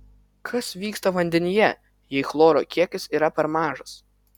kas vyksta vandenyje jei chloro kiekis yra per mažas